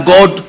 God